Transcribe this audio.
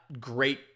great